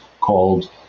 called